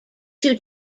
two